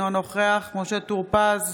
אינו נוכח משה טור פז,